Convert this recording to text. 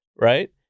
right